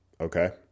okay